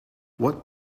what